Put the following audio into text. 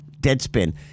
Deadspin